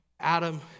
Adam